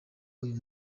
uyu